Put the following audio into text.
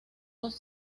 los